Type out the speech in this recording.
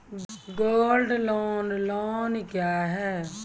Gold loan loan क्या हैं?